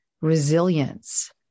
resilience